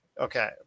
okay